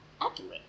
accurate